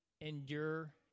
endure